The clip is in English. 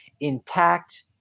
intact